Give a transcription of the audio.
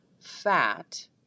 fat